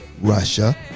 Russia